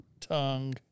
tongue